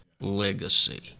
legacy